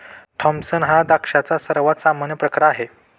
Thompson हा द्राक्षांचा सर्वात सामान्य प्रकार आहे